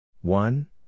One